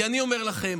כי אני אומר לכם: